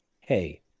hey